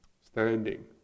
Standing